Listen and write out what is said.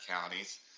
counties